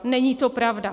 Není to pravda.